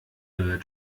neuer